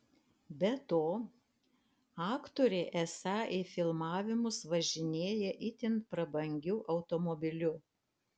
be to aktorė esą į filmavimus važinėja itin prabangiu automobiliu